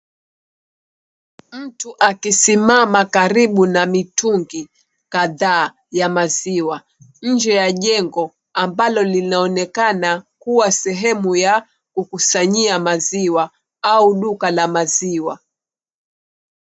Mtu akisimama karibu na mitungi kadhaa ya maziwa. Nje ya jengo ambalo linaonekana kuwa sehemu ya kukusanyia maziwa au duka la maziwa.